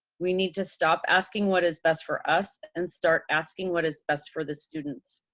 we need to stop asking what is best for us and start asking what is best for the students.